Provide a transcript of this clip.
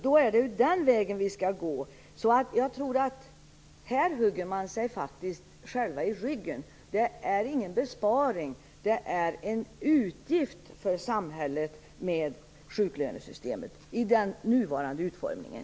Det är den vägen vi skall gå. Här hugger man faktiskt sig själv i ryggen. Det är igen besparing utan en utgift för samhället med sjuklönesystemet i den nuvarande utformningen.